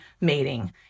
mating